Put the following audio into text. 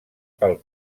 pel